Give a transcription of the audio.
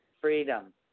freedom